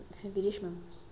henvilesh மாமா:mama